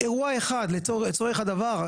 אירוע אחד לצורך הדבר,